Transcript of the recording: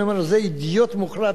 היינו אומרים: זה אידיוט מוחלט,